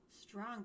strong